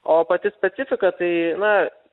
o pati specifika tai na